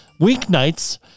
weeknights